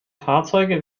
fahrzeuge